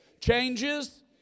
changes